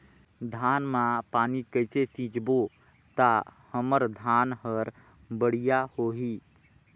धान मा पानी कइसे सिंचबो ता हमर धन हर बढ़िया होही?